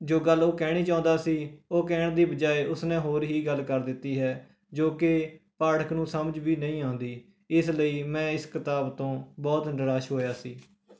ਜੋ ਗੱਲ ਉਹ ਕਹਿਣੀ ਚਾਹੁੰਦਾ ਸੀ ਉਹ ਕਹਿਣ ਦੀ ਬਜਾਏ ਉਸ ਨੇ ਹੋਰ ਹੀ ਗੱਲ ਕਰ ਦਿੱਤੀ ਹੈ ਜੋ ਕਿ ਪਾਠਕ ਨੂੰ ਸਮਝ ਵੀ ਨਹੀਂ ਆਉਂਦੀ ਇਸ ਲਈ ਮੈਂ ਇਸ ਕਿਤਾਬ ਤੋਂ ਬਹੁਤ ਨਿਰਾਸ਼ ਹੋਇਆ ਸੀ